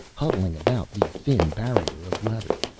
huddling about the thin barrier of leather,